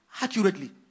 accurately